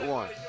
one